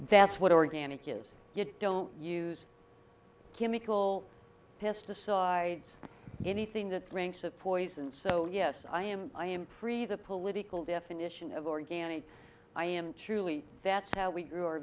that's what organic is you don't use chemical pesticides anything that drinks of poison so yes i am i am pretty the political definition of organic i am truly that's how we